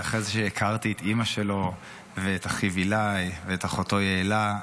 ואחרי שהכרתי את אימא שלו ואת אחיו עילאי ואת אחותו יעלה,